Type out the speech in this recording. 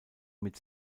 mit